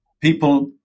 people